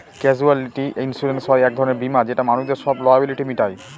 casualty insurance হয় এক ধরনের বীমা যেটা মানুষদের সব লায়াবিলিটি মিটায়